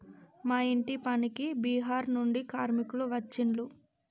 మా ఇంటి పనికి బీహార్ నుండి కార్మికులు వచ్చిన్లు